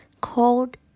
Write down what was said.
called